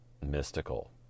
mystical